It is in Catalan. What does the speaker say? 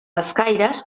escaires